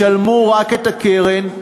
ישלמו רק את הקרן,